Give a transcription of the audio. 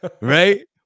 right